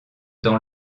dans